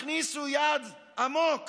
הכניסו יד עמוק